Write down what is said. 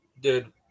Dude